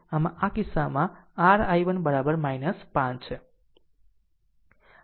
આમ આ કિસ્સામાં r I1 5 છે